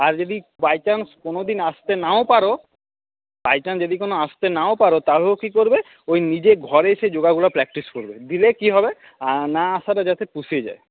আর যদি by chance কোনো দিন আসতে নাও পারো বাই চান্স যদি কখনো আসতে নাও পারো তাহলেও কি করবে ওই নিজে ঘরে এসে যোগাগুলো প্র্যাক্টিস করবে দিলে কি হবে না আসাটা যাতে পুষিয়ে যায়